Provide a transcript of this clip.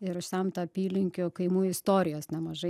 ir užsemta apylinkių kaimų istorijos nemažai